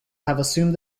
assumed